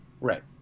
Right